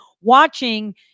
watching